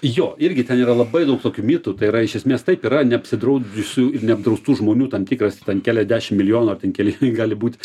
jo irgi ten yra labai daug tokių mitų tai yra iš esmės taip yra neapsidraudusių neapdraustų žmonių tam tikras ten keliasdešim milijonų ar ten keli gali būt